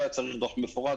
לא היה צריך דוח מפורט,